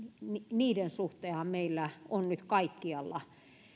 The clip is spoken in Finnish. niiden suhteenhan meillä on nyt kaikkialla